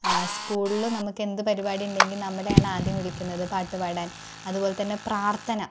സ്കൂളില് നമുക്കെന്തു പരിപാടി ഉണ്ടെങ്കിലും നമ്മളെ ആണ് ആദ്യം വിളിക്കുന്നത് പാട്ടുപാടാൻ അതുപോലെതന്നെ പ്രാർത്ഥന